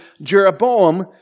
Jeroboam